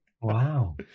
wow